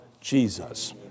Jesus